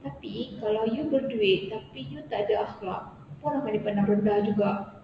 tapi kalau you berduit tapi you tak ada akhlak pun boleh pandang rendah juga